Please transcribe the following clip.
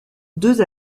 deux